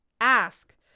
ask